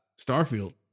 Starfield